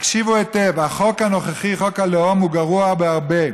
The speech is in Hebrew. תקשיבו היטב, החוק הנוכחי, חוק הלאום, גרוע בהרבה.